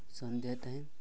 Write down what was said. Sandhya time